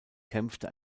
kämpfte